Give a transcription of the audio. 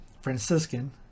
Franciscan